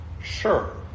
sure